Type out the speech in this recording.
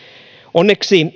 onneksi